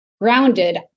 grounded